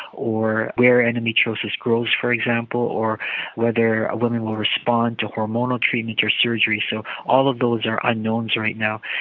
or where endometriosis grows, for example, or whether a woman will respond to hormonal treatment or surgery. so all of those are unknowns right now.